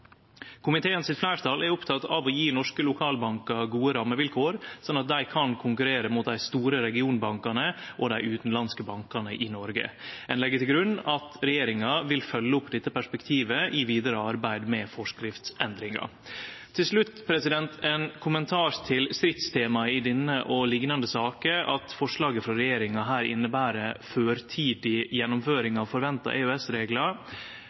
er oppteke av å gje norske lokalbankar gode rammevilkår, sånn at dei kan konkurrere mot dei store regionbankane og dei utanlandske bankane i Noreg. Ein legg til grunn at regjeringa vil følgje opp dette perspektivet i vidare arbeid med forskriftsendringa. Til slutt har eg ein kommentar til eit stridstema i denne og liknande saker, nemleg at forslaget frå regjeringa inneber